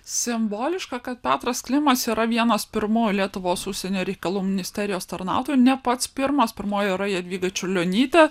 simboliška kad petras klimas yra vienas pirmųjų lietuvos užsienio reikalų ministerijos tarnautojų ne pats pirmas pirmoji yra jadvyga čiurlionytė